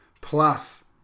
plus